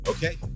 Okay